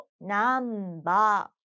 number